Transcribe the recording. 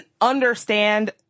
understand